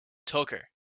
tucker